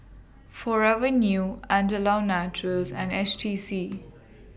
Forever New Andalou Naturals and H T C